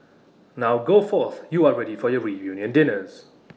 now go forth you are ready for your reunion dinners